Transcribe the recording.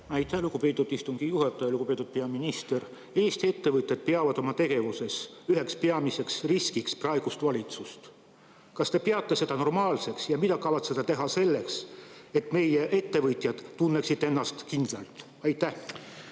Aitäh, lugupeetud istungi juhataja! Lugupeetud peaminister! Eesti ettevõtjad peavad oma tegevuses üheks peamiseks riskiks praegust valitsust. Kas te peate seda normaalseks ja mida kavatsete teha selleks, et meie ettevõtjad tunneksid ennast kindlalt? Aitäh,